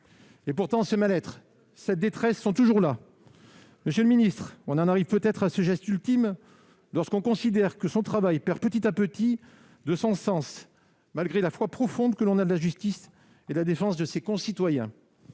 Pourtant, ce mal-être et cette détresse sont toujours là ! Monsieur le ministre, on en arrive peut-être à ce geste ultime lorsque l'on considère que son travail perd petit à petit de son sens malgré la foi profonde que l'on a de la justice et de la défense de ses concitoyens.